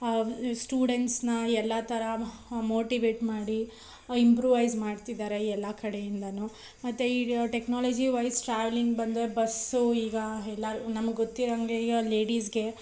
ಸ್ಟೂಡೆಂಟ್ಸ್ನ ಎಲ್ಲ ಥರ ಮೋಟಿವೇಟ್ ಮಾಡಿ ಇಂಪ್ರೂವೈಸ್ ಮಾಡ್ತಿದ್ದಾರೆ ಎಲ್ಲ ಕಡೆಯಿಂದಲೂ ಮತ್ತು ಈ ಟೆಕ್ನಾಲಜಿವೈಸ್ ಟ್ರಾವ್ಲೆಂಗ್ ಬಂದರೆ ಬಸ್ಸು ಈಗ ಎಲ್ಲ ನಮ್ಗೆ ಗೊತ್ತಿರೊ ಹಂಗೆ ಈಗ ಲೇಡೀಸ್ಗೆ